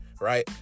Right